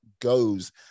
goes